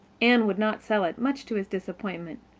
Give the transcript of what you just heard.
anne would not sell it, much to his disappointment,